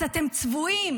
אז אתם צבועים.